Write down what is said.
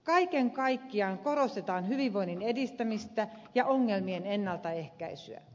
kaiken kaikkiaan korostetaan hyvinvoinnin edistämistä ja ongelmien ennaltaehkäisyä